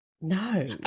No